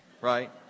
right